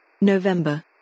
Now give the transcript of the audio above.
November